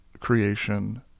creation